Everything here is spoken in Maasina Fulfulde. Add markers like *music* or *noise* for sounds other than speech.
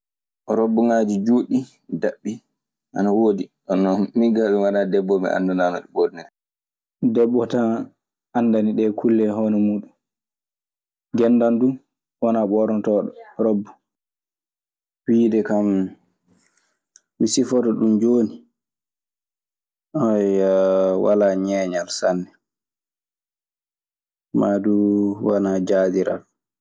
Robbuŋaaji juuɗi, daɓɓi ana woodi minkaa mi wanaa debbo mi anndanaa ɗee. Debbo tan anndani ɗee kulle e hono muuɗun. Genndan duu wanaa ɓoornotooɗo robbo. Wiide kan mi sifoto ɗun jooni, *hesitation* walaa ñeeñal sanne. Maa duu wanaa jaadiral.